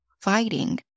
fighting